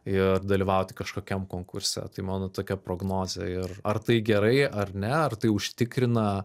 ir dalyvauti kažkokiam konkurse tai mano tokia prognozė ir ar tai gerai ar ne ar tai užtikrina